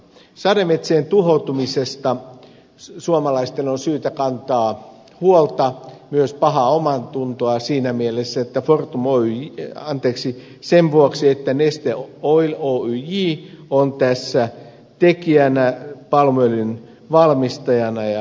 sademetsien tuhoutumisesta suomalaisten on syytä kantaa huolta myös pahaa omaatuntoa siinä mielessä että fortum oyj ja anteeksi sen vuoksi että neste oil oyj on tässä tekijänä palmuöljyn valmistajana